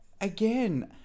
again